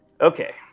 Okay